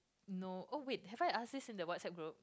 no oh wait have I asked this in the WhatsApp group